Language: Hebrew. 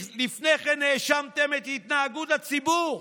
לפני כן האשמתם את התנהגות הציבור.